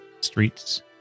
streets